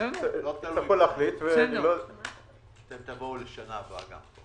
אתם תבואו גם בשנה הבאה.